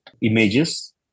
images